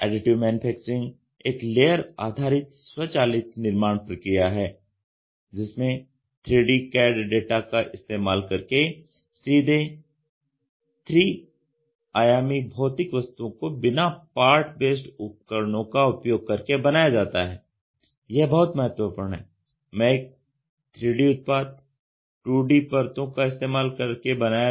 additive manufacturing एक layer आधारित स्वचालित निर्माण प्रक्रिया है जिसमें 3D CAD डेटा का इस्तेमाल करके सीधे 3 आयामी भौतिक वस्तुओं को बिना पार्ट बेस्ड उपकरणों का उपयोग करके बनाया जाता है यह बहुत महत्वपूर्ण है